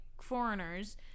foreigners